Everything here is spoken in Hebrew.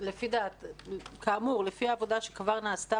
לפי העבודה שכבר נעשתה,